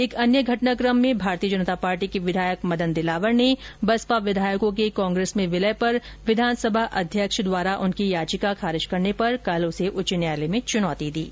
एक अन्य घटनाक्रम में भारतीय जनता पार्टी के विधायक मदन दिलावर ने बसपा विधायकों के कांग्रेस में विलय पर विधानसभा अध्यक्ष द्वारा उनकी याचिका खारिज करने पर कल उसे उच्च न्यायालय में चुनौती दी है